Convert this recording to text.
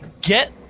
Get